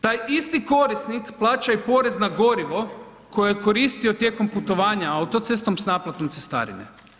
Taj isti korisnik plaća i porez na gorivo koje je koristio tijekom putovanja autocestom sa naplatom cestarine.